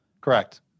Correct